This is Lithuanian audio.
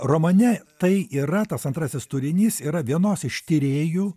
romane tai yra tas antrasis turinys yra vienos iš tyrėjų